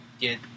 get